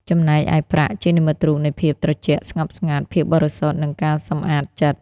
ចំណែកឯ ប្រាក់ ជានិមិត្តរូបនៃភាពត្រជាក់ស្ងប់ស្ងាត់ ភាពបរិសុទ្ធ និងការសម្អាតចិត្ត។